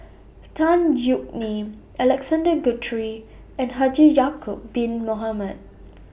Tan Yeok Nee Alexander Guthrie and Haji Ya'Acob Bin Mohamed